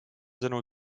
sõnul